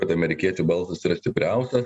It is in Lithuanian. kad amerikiečių balsas yra stipriausias